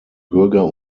bürger